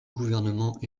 gouvernement